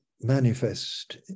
manifest